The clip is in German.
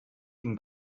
ihm